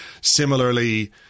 Similarly